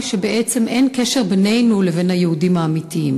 שבעצם אין קשר בינינו לבין היהודים האמיתיים,